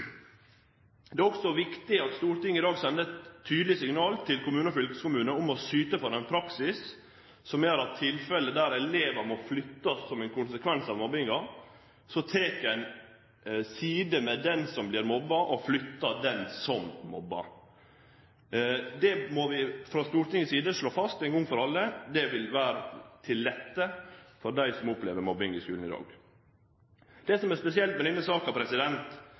Det er også viktig at Stortinget i dag sender eit tydeleg signal til kommunar og fylkeskommunar om å syte for ein praksis som gjer at ein i tilfelle der elevar må flyttast som ein konsekvens av mobbing, tek parti for den som vert mobba, og flytter den som mobbar. Det må vi frå Stortingets side slå fast ein gong for alle, og det vil lette situasjonen for dei som opplever mobbing i skulen i dag. Det som er spesielt med denne saka,